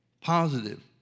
positive